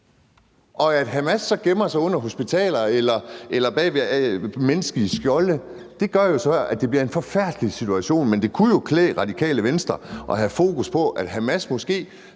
At Hamas så gemmer sig under hospitaler eller bag ved menneskelige skjolde, gør jo så, at det bliver en forfærdelig situation, men det ville jo klæde Radikale Venstre at have fokus på, at Hamas måske